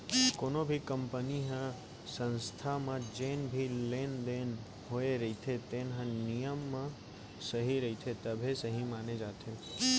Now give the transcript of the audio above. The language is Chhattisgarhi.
कोनो भी कंपनी य संस्था म जेन भी लेन देन होए रहिथे तेन ह नियम म सही रहिथे तभे सहीं माने जाथे